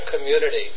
community